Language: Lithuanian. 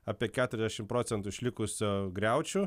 apie keturiasdešimt procentų išlikusio griaučių